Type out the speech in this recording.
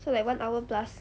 so like one hour plus